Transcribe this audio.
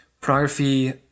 pornography